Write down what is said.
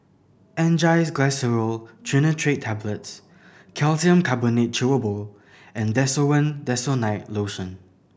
Angised Glyceryl Trinitrate Tablets Calcium Carbonate Chewable and Desowen Desonide Lotion